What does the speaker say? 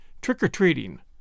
trick-or-treating